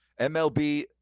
MLB